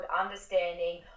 understanding